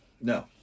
No